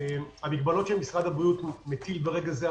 עקב המגבלות שמשרד הבריאות מטיל ברגע זה,